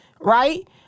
right